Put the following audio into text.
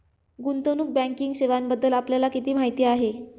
गुंतवणूक बँकिंग सेवांबद्दल आपल्याला किती माहिती आहे?